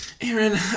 Aaron